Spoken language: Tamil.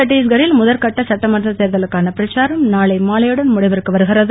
சட்டீஸ்கரில் முதல் கட்ட சட்டமன்றத் தேர்தலுக்கான பிரச்சாரம் நாளை மாலையுடன் முடிவிற்கு வருகிறது